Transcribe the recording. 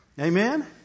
Amen